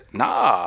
nah